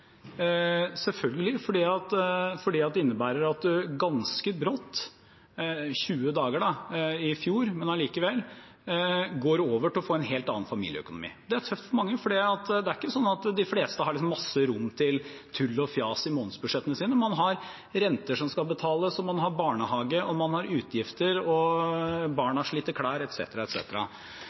selvfølgelig, fordi det innebærer at man ganske brått – 20 dager i fjor, men allikevel – går over til å få en helt annen familieøkonomi. Det er tøft for mange, for det er ikke sånn at de fleste har masse rom til tull og fjas i månedsbudsjettene sine. Man har renter som skal betales, man har barnehage, man har utgifter, og barna sliter